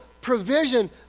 provision